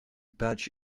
patch